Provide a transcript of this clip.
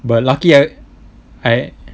but lucky I I